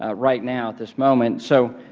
ah right now at this moment. so